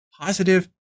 positive